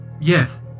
Yes